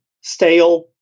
stale